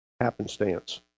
happenstance